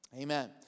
Amen